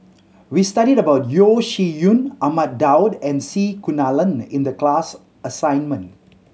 we studied about Yeo Shih Yun Ahmad Daud and C Kunalan in the class assignment